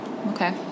okay